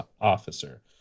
Officer